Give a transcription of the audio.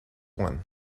one